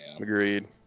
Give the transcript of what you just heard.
Agreed